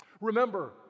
Remember